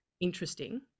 interesting